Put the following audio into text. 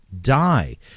die